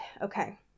Okay